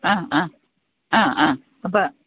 ആ ആ ആ ആ അപ്പം